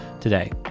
today